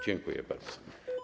Dziękuję bardzo.